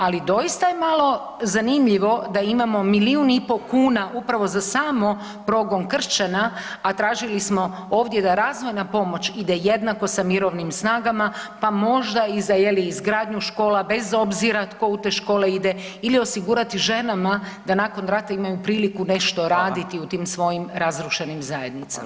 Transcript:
Ali doista je malo zanimljivo da imamo milijun i pol kuna upravo za samo progon kršćana, a tražili smo ovdje da razvojna pomoć ide jednako sa mirovnim snagama pa možda i za je li izgradnju škola bez obzira tko u te škole ide ili osigurati ženama da nakon rata imaju priliku nešto raditi [[Upadica: Fala]] u tim svojim razrušenim zajednicama.